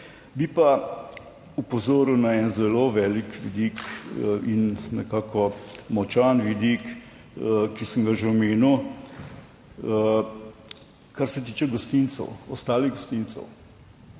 Bi pa opozoril na en zelo velik vidik in nekako močan vidik, ki sem ga že omenil, kar se tiče gostincev, ostalih gostincev,